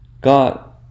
God